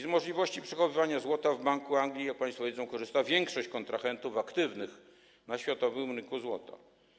Z możliwości przechowywania złota w Banku Anglii, jak państwo wiedzą, korzysta większość kontrahentów aktywnych na światowym rynku złota.